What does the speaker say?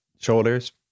Shoulders